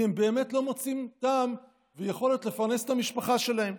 כי הם באמת לא מוצאים טעם ויכולת לפרנס את המשפחה שלהם.